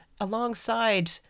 alongside